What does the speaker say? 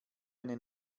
eine